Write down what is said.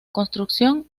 construcción